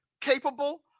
capable